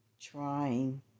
trying